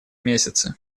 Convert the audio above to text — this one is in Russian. месяцы